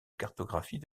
cartographie